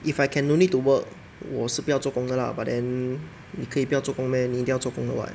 if I can no need to work 我是不要做工的 lah but then mm 你可以不要做工 meh 你一定要做工作的 [what]